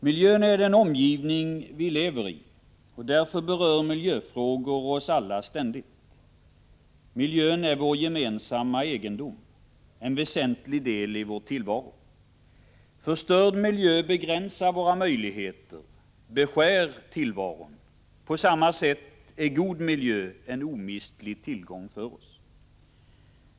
Herr talman! Miljön är den omgivning vi lever i. Därför berör miljöfrågor oss alla ständigt. Miljön är vår gemensamma egendom och en väsentlig del i vår tillvaro. Förstörd miljö begränsar våra möjligheter och beskär tillvaron. På samma sätt är god miljö en omistlig tillgång för oss.